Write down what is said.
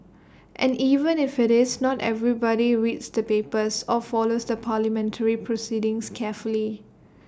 and even if IT is not everybody reads the papers or follows the parliamentary proceedings carefully